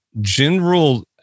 general